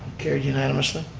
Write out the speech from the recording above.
carried unanimously.